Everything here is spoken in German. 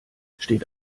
steht